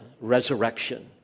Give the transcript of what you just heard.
resurrection